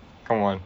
come on